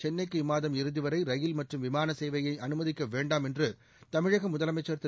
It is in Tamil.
சென்னைக்கு இம்மாதம் இறுதிவரை ரயில் மற்றும் விமானசேவை அனுமதிக்க வேண்டாம் என்று தமிழக முதலமைச்ச் திரு